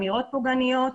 אמירות פוגעניות.